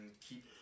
keep